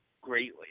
greatly